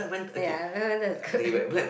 ya Black-Panther is good